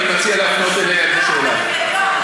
מההיגיון,